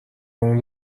اون